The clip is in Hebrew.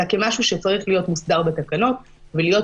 אלא כמשהו שצריך להיות מוסדר בתקנות ולהיות